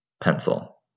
pencil